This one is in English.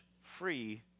free